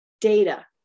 data